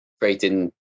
creating